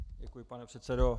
Děkuji, pane předsedo.